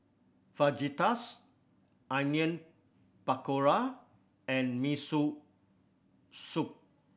Fajitas Onion Pakora and Miso Soup